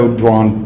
drawn